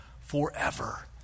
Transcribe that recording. forever